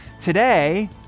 Today